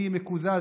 אני מקוזז,